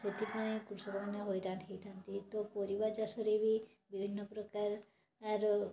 ସେଥିପାଇଁ କୃଷକମାନେ ହଇରାଣ ହୋଇଥାନ୍ତି ତ ପରିବାଚାଷରେ ବି ବିଭିନ୍ନ ପ୍ରକାରର